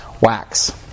wax